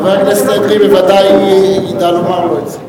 חבר הכנסת אדרי בוודאי ידע לומר לו את זה.